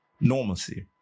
Normalcy